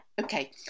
Okay